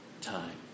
time